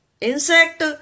insect